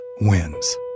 wins